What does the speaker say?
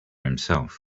himself